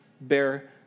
bear